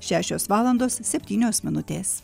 šešios valandos septynios minutės